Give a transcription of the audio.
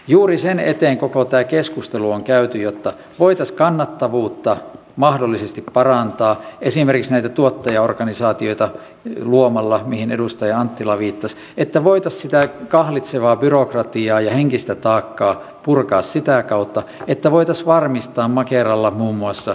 juuri sen eteen koko tämä keskustelu on käyty jotta voitaisiin kannattavuutta mahdollisesti parantaa esimerkiksi näitä tuottajaorganisaatioita luomalla mihin edustaja anttila viittasi että voitaisiin sitä kahlitsevaa byrokratiaa ja henkistä taakkaa purkaa sitä kautta että voitaisiin varmistaa makeralla muun muassa ne investoinnit